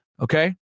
okay